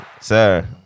Sir